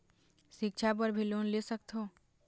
सिक्छा बर भी लोन ले सकथों?